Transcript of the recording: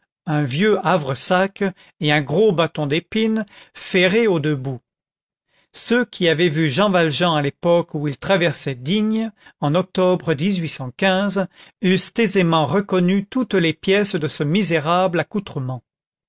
un vieux havresac et un gros bâton d'épine ferré aux deux bouts ceux qui avaient vu jean valjean à l'époque où il traversait digne en octobre eussent aisément reconnu toutes les pièces de ce misérable accoutrement